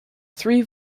three